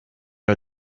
are